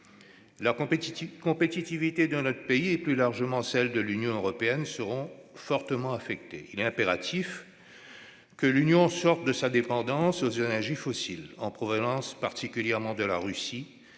La compétitivité de notre pays et, plus largement, celle de l'Union européenne seront fortement affectées. Il est impératif que l'Union sorte de sa dépendance aux énergies fossiles, en provenance particulièrement de la Russie.